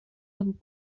amb